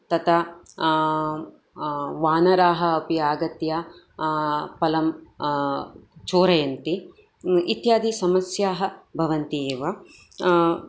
तथा वानराः अपि आगत्य फलं चोरयन्ति इत्यादि समस्याः भवन्ति एव